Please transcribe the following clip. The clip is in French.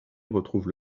retrouvent